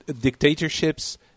dictatorships